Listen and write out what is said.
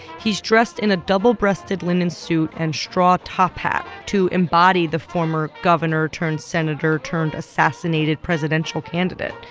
he's dressed in a double-breasted linen suit and straw top hat to embody the former governor-turned-senator-turned-assassinated presidential candidate.